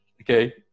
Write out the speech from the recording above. Okay